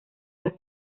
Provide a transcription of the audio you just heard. los